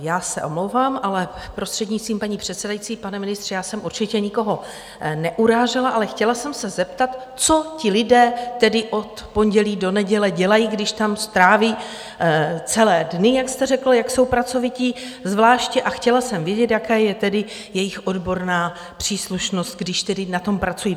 Já se omlouvám, ale prostřednictvím paní předsedající, pane ministře, já jsem určitě nikoho neurážela, ale chtěla jsem se zeptat, co ti lidé tedy od pondělí do neděle dělají, když tam stráví celé dny, jak jste řekl, jak jsou pracovití zvláště, a chtěla jsem vědět, jaká je jejich odborná příslušnost, když tedy na tom pracují.